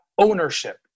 ownership